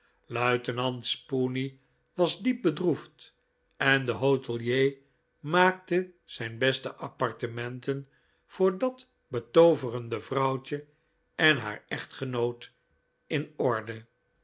luitenant spooney was diep bedroefd en de hotelier maakte zijn beste appartementen voor dat betooverende vrouwtje en haar echtgenoot in orde